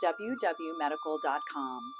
www.medical.com